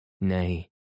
Nay